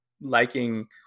liking